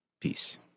Peace